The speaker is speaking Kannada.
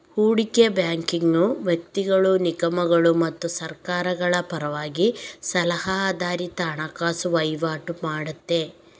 ಹೂಡಿಕೆ ಬ್ಯಾಂಕಿಂಗು ವ್ಯಕ್ತಿಗಳು, ನಿಗಮಗಳು ಮತ್ತು ಸರ್ಕಾರಗಳ ಪರವಾಗಿ ಸಲಹಾ ಆಧಾರಿತ ಹಣಕಾಸು ವೈವಾಟು ಮಾಡ್ತದೆ